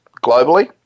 globally